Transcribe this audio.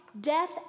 Death